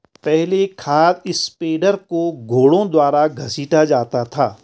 पहले खाद स्प्रेडर को घोड़ों द्वारा घसीटा जाता था